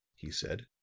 he said.